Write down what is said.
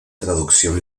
traducción